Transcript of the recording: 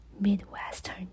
midwestern